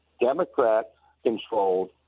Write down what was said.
Democrat-controlled